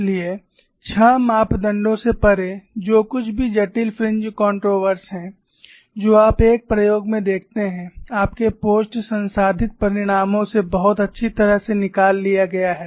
इसलिए छह मापदंडों से परे जो कुछ भी जटिल फ्रिंज कंट्रोवर्स हैं जो आप एक प्रयोग में देखते हैं आपके पोस्ट संसाधित परिणामों से बहुत अच्छी तरह से निकाल लिया गया है